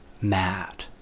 mad